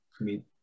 meet